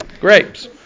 grapes